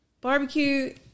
barbecue